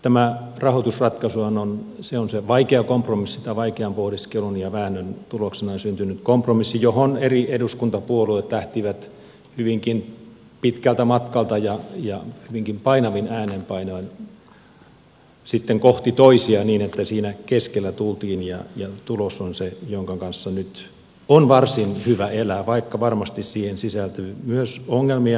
tämä rahoitusratkaisuhan on vaikean pohdiskelun ja väännön tuloksena syntynyt kompromissi johon eri eduskuntapuolueet lähtivät hyvinkin pitkältä matkalta ja hyvinkin painavin äänenpainoin sitten kohti toisiaan niin että siinä keskellä tultiin yhteen ja tulos on se jonka kanssa nyt on varsin hyvä elää vaikka varmasti siihen sisältyy myös ongelmia